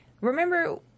Remember